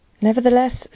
Nevertheless